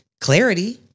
clarity